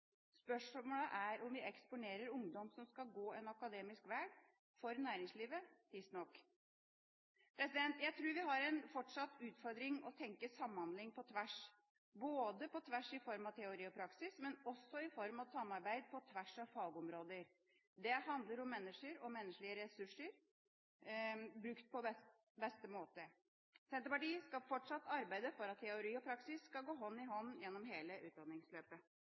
Spørsmålet er om vi tidsnok eksponerer ungdom som skal gå en akademisk veg, for næringslivet. Jeg tror vi fortsatt har en utfordring med å tenke samhandling på tvers, på tvers i form av teori og praksis, men også i form av samarbeid på tvers av fagområder. Det handler om mennesker og menneskelige ressurser brukt på beste måte. Senterpartiet skal fortsatt arbeide for at teori og praksis skal gå hånd i hånd gjennom hele utdanningsløpet.